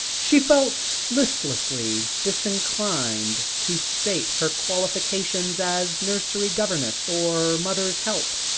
she felt listlessly disinclined to state her qualifications as nursery governess, or mother's help,